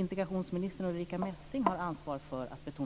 integrationsminister Ulrica Messing har ansvar för att betona.